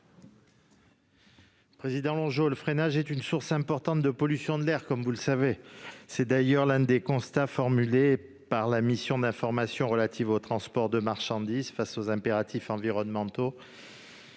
commission ? Le freinage est une source importante de pollution de l'air, comme vous le savez, mon cher collègue. C'est d'ailleurs l'un des constats formulés par la mission d'information relative au transport de marchandises face aux impératifs environnementaux